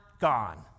gone